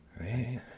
Right